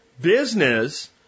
business